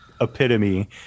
epitome